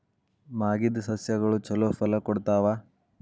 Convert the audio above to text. ಮಾಗಿದ್ ಸಸ್ಯಗಳು ಛಲೋ ಫಲ ಕೊಡ್ತಾವಾ?